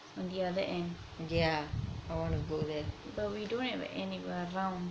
on the other end but we don't have an end anywhere around